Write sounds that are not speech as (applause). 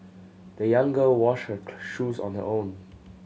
the young girl washed her (unintelligible) shoes on her own